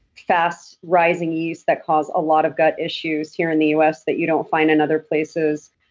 fast-rising yeasts that cause a lot of gut issues here in the us that you don't find in other places.